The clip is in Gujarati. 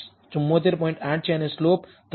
8 છે અને સ્લોપ 3